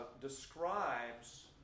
describes